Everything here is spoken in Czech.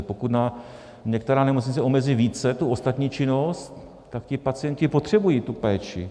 Pokud některá nemocnice omezí více tu ostatní činnost, tak ti pacienti potřebují tu péči.